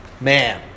man